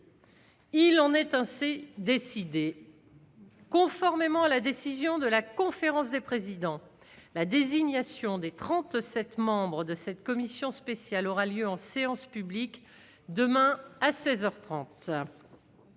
Il en est ainsi décidé. Conformément à la décision de la conférence des présidents, la désignation des 37 membres de cette commission spéciale aura lieu en séance publique, demain à 16